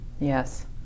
Yes